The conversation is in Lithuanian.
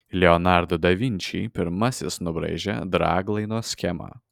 leonardo da vinči pirmasis nubraižė draglaino schemą